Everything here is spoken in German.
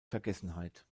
vergessenheit